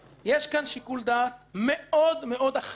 יש פה שיקול דעת מאוד אחראי